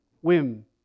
whim